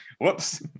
whoops